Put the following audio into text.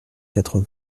quatre